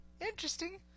Interesting